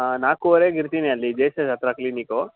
ಹಾಂ ನಾಲ್ಕೂವರೆಗೆ ಇರ್ತೇನೆ ಅಲ್ಲಿ ಜೆ ಎಸ್ ಎಸ್ ಹತ್ರ ಕ್ಲಿನಿಕ್ಕು